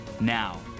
Now